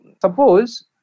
suppose